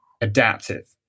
adaptive